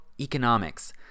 economics